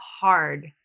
hard